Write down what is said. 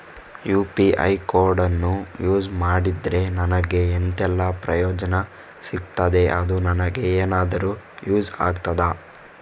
UPI ಕೋಡನ್ನು use ಮಾಡಿದ್ರೆ ನನಗೆ ಎಂಥೆಲ್ಲಾ ಪ್ರಯೋಜನ ಸಿಗ್ತದೆ, ಅದು ನನಗೆ ಎನಾದರೂ ಯೂಸ್ ಆಗ್ತದಾ?